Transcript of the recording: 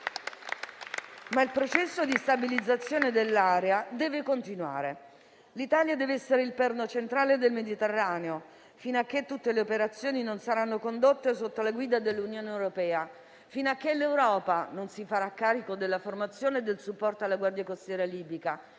Ma il processo di stabilizzazione dell'area deve continuare. L'Italia deve essere il perno centrale del Mediterraneo fino a che tutte le operazioni non saranno condotte sotto la guida dell'Unione europea, fino a che l'Europa non si farà carico della formazione e del supporto alla Guardia costiera libica.